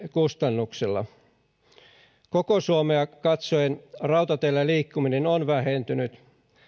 kustannuksella koko suomea katsoen rautateillä liikkuminen on vähentynyt